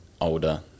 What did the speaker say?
older